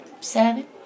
Seven